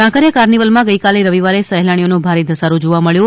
કાંકરિયા કાર્નિવલમાં ગઇકાલે રવિવારે સહેલાણીઓનો ભારે ધસારો જોવા મળ્યો